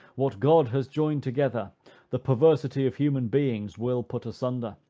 what god has joined together, the perversity of human beings will put asunder.